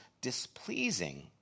displeasing